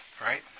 right